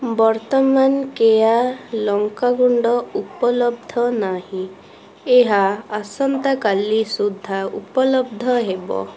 ବର୍ତ୍ତମାନ କେୟା ଲଙ୍କା ଗୁଣ୍ଡ ଉପଲବ୍ଧ ନାହିଁ ଏହା ଆସନ୍ତା କାଲି ସୁଦ୍ଧା ଉପଲବ୍ଧ ହେବ